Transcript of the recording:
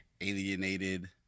alienated